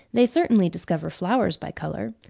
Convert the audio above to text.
they certainly discover flowers by colour.